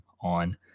on